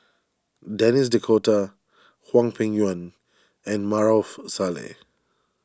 Denis D'Cotta Hwang Peng Yuan and Maarof Salleh